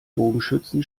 bogenschützen